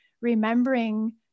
remembering